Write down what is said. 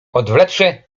odwlecze